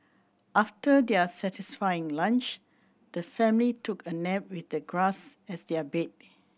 after their satisfying lunch the family took a nap with the grass as their bed